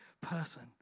person